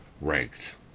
ranked